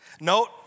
Note